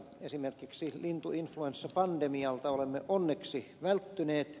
esimerkiksi lintuinfluenssapandemialta olemme onneksi välttyneet